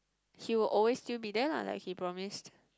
he will always still be there lah like he promised